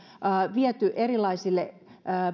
viety erilaisille